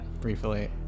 briefly